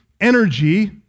energy